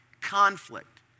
conflict